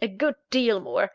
a good deal more.